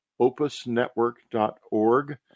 opusnetwork.org